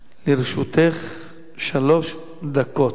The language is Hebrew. לרשותך שלוש דקות.